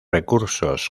recursos